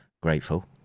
grateful